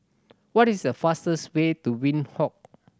what is the fastest way to Windhoek